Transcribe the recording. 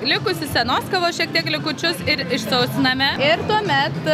likusius senos kavos šiek tiek likučius ir išsausiname ir tuomet